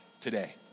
today